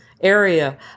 area